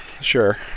sure